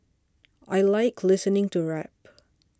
I like listening to rap